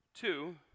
Two